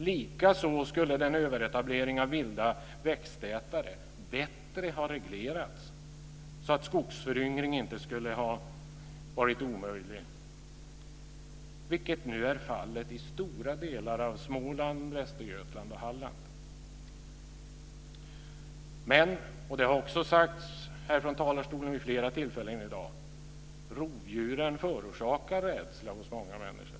Likaså skulle överetableringen av vilda växtätare bättre ha reglerats så att skogsföryngring inte skulle ha varit omöjlig, vilket nu är fallet i stora delar av Småland, Men som också har sagts från talarstolen vid flera tillfällen i dag förorsakar rovdjuren rädsla hos många människor.